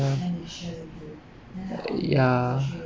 ya ya